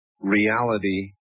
reality